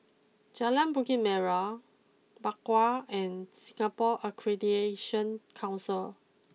Jalan Bukit Merah Bakau and Singapore Accreditation Council